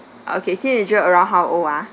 okay teenager around how old ah